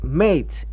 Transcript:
mate